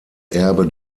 erbe